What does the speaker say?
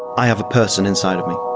i have a person inside of me.